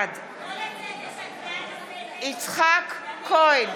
בעד יצחק כהן,